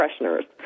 fresheners